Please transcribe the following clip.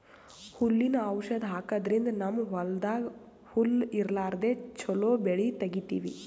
ಹುಲ್ಲಿನ್ ಔಷಧ್ ಹಾಕದ್ರಿಂದ್ ನಮ್ಮ್ ಹೊಲ್ದಾಗ್ ಹುಲ್ಲ್ ಇರ್ಲಾರ್ದೆ ಚೊಲೋ ಬೆಳಿ ತೆಗೀತೀವಿ